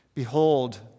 Behold